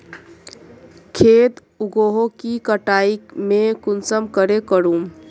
खेत उगोहो के कटाई में कुंसम करे करूम?